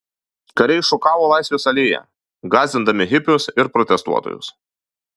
kariai šukavo laisvės alėją gąsdindami hipius ir protestuotojus